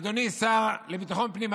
אדוני השר לביטחון הפנים,